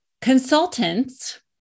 consultants